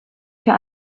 für